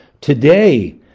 today